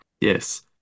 yes